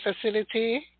facility